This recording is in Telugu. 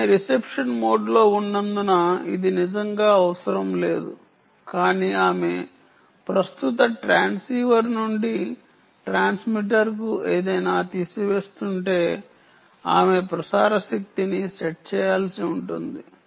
ఆమె రిసెప్షన్ మోడ్లో ఉన్నందున ఇది నిజంగా అవసరం లేదు కానీ ఆమె ప్రస్తుత ట్రాన్స్రిసీవర్ నుండి ట్రాన్స్మిటర్కు ఏదైనా తీసివేస్తుంటే ఆమె ప్రసార శక్తిని సెట్ చేయాల్సి ఉంటుంది